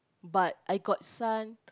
but I got son